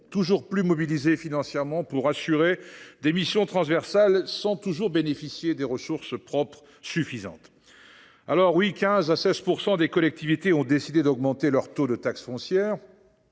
toujours plus mobilisées financièrement pour assurer des missions transversales, sans toujours bénéficier des ressources propres suffisantes. Oui, 15 % à 16 % des collectivités ont décidé d’augmenter leur taux de taxe foncière